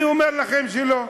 אני אומר לכם שלא.